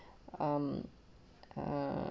um err